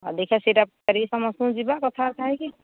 ଦେଖିବା ସେଇଟା କରିକି ସମସ୍ତଙ୍କୁ ଯିବା କଥାବାର୍ତ୍ତା ହେଇକି